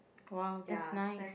!wow! that's nice